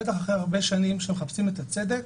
בטח אחרי הרבה שנים שהם מחפשים את הצדק,